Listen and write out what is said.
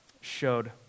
showed